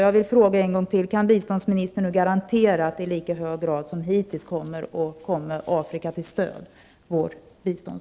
Jag vill än en gång fråga: Kan biståndsministern garantera att vårt bistånd i lika hög grad som hittills kommer att vara Afrika till stöd?